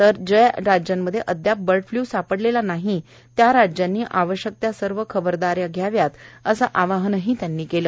तर ज्या राज्यांमध्ये अदयाप बर्ड फ्लू सापडलेला नाही त्या राज्यांनी आवश्यक ती सर्व खबरदारी घ्यावी असे आवाहन त्यांनी केले